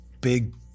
big